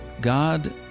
God